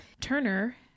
Turner